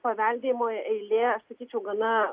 paveldėjimo eilė aš sakyčiau gana